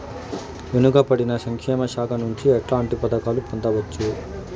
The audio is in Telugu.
వెనుక పడిన సంక్షేమ శాఖ నుంచి ఎట్లాంటి పథకాలు పొందవచ్చు?